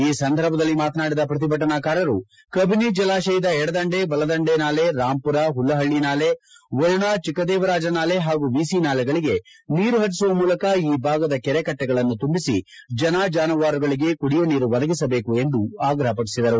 ಈ ಸಂದರ್ಭದಲ್ಲಿ ಮಾತನಾಡಿದ ಪ್ರತಿಭಟನಕಾರರು ಕಬಿನಿ ಜಲಾಶಯದ ಎಡದಂಡೆ ಬಲದಂಡೆ ನಾಲೆ ರಾಂಪುರ ಹುಲ್ಲಹಳ್ಳಿ ನಾಲೆ ವರುಣಾ ಚಿಕ್ಕದೇವರಾಜ ನಾಲೆ ಹಾಗೂ ವಿಸಿ ನಾಲೆಗಳಿಗೆ ನೀರು ಪರಿಸುವ ಮೂಲಕ ಈ ಭಾಗದ ಕೆರೆ ಕಟ್ಟೆಗಳನ್ನು ತುಂಬಿಸಿ ಜನ ಜಾನುವಾರುಗಳಿಗೆ ಕುಡಿಯುವ ನೀರು ಒದಗಿಸಬೇಕು ಎಂದು ಆಗ್ರಪ ಪಡಿಸಿದರು